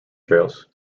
trails